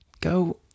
go